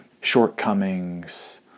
shortcomings